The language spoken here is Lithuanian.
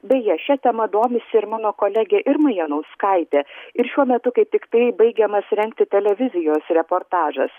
beje šia tema domisi ir mano kolegė irma janauskaitė ir šiuo metu kaip tiktai baigiamas rengti televizijos reportažas